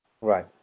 right